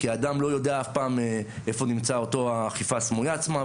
כי אדם לא יודע אף פעם איפה נמצאת אותה האכיפה הסמויה עצמה,